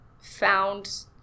found